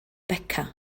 beca